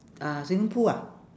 uh swimming pool ah